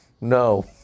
no